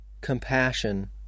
compassion